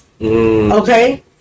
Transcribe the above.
Okay